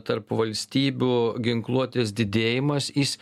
tarp valstybių ginkluotės didėjimas jis